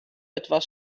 etwas